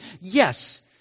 Yes